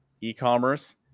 e-commerce